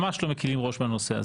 ממש לא מקלים ראש בנושא הזה.